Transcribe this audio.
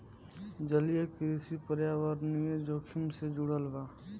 जलीय कृषि पर्यावरणीय जोखिम से जुड़ल बा